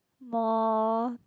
more